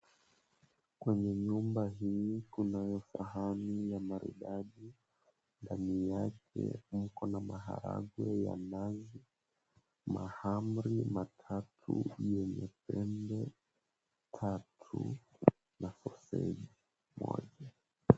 Kwenye nyumba hili kuna sahani ya maridadi, ndani yake mko na maharagwe ya nazi, mahamri matatu yenye pembe tatu na soseji moja.